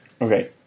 Okay